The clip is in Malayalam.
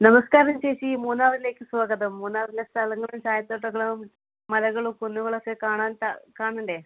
നമസ്കാരം ചേച്ചി മൂന്നാറിലേക്ക് സ്വാഗതം മൂന്നാറിലെ സ്ഥലങ്ങളും ചായ തോട്ടങ്ങളും മലകളും കുന്നുകളൊക്കെ കാണാൻ ക കാണണ്ടേ